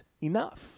enough